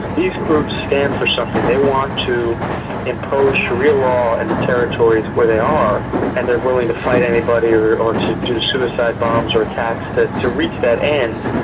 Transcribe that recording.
these groups stand for something. they want to impose sharia law in and the territories where they are and they're willing to fight anybody or or to do suicide bombs or attacks to to reach that end.